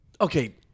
Okay